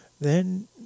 Then